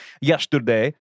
yesterday